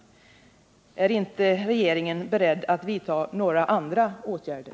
Är inte regeringen beredd att vidta några andra åtgärder?